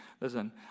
Listen